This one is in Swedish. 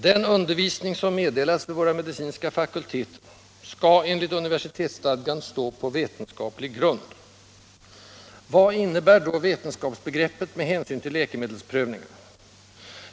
Den undervisning som meddelas vid våra medicinska fakulteter skall enligt universitetsstadgan stå på vetenskaplig grund. Vad innebär då vetenskapsbegreppet med hänsyn till läkemedelsprövningar?